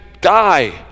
die